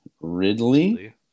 Ridley